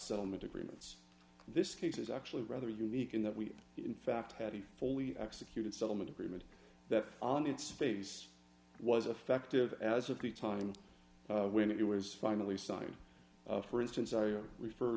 settlement agreements this case is actually rather unique in that we in fact had a fully executed settlement agreement that on its face was effective as of the time when it was finally signed for instance i refer